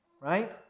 right